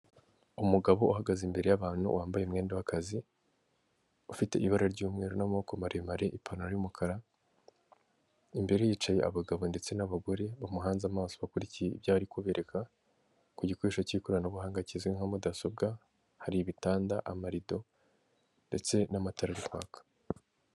Umugabo uhagaze imbere y'abantu wambaye umwenda w'akazi, ufite ibara ry'umweru n'amaboko maremare, ipantaro y'umukara, imbere ye hicaye abagabo ndetse n'abagore bamuhanze amaso bakurikiye ibyari kubereka ku gikoresho cy'ikoranabuhanga kizwi nka mudasobwa, hari ibitanda, amarido ndetse n'amatara ari kwaka.